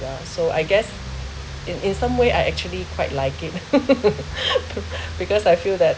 yeah so I guess in in some way I actually quite like it because I feel that